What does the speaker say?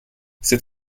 ses